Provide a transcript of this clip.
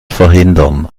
verhindern